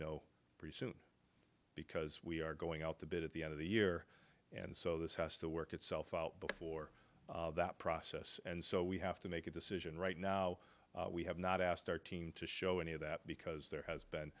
know pretty soon because we are going out the bit at the end of the year and so this has to work itself out before that process and so we have to make a decision right now we have not asked our team to show any of that because there has